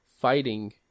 fighting